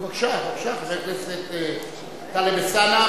בבקשה, חבר הכנסת טלב אלסאנע.